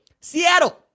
Seattle